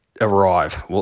arrive